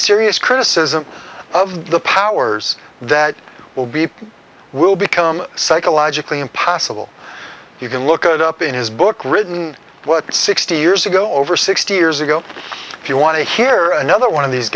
serious criticism of the powers that will be will become psychologically impossible you can look at up in his book written what sixty years ago over sixty years ago if you want to hear another one of these